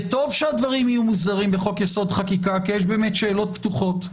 וטוב שהדברים יהיו מוסדרים בחוק יסוד חקיקה כי יש שאלות פתוחות,